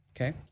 okay